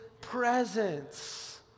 presence